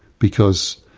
because